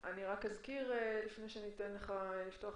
רק אזכיר לפני שאתן לך לפתוח,